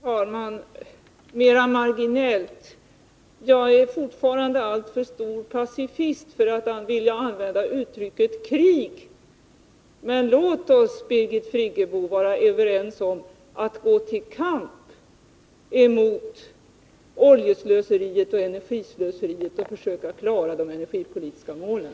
Herr talman! Mera marginellt: Jag är fortfarande alltför stor pacifist för att vilja använda ordet krig. Men låt oss vara överens om att gå till kamp mot oljeslöseriet och energislöseriet och försöka klara de energipolitiska målen.